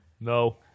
No